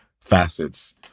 facets